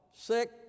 sick